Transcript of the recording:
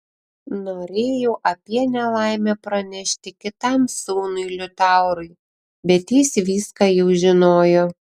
norėjau apie nelaimę pranešti kitam sūnui liutaurui bet jis viską jau žinojo